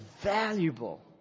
valuable